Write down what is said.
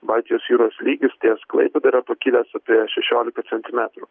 baltijos jūros lygis ties klaipėda yra pakilęs apie šešiolika centimetrų